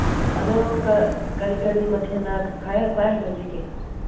ꯑꯗꯨ ꯀꯔꯤ ꯀꯔꯤ ꯃꯊꯦꯟꯅ ꯈ꯭ꯋꯥꯏ ꯍꯩꯅꯕꯤꯒꯦ